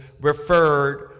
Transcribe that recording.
referred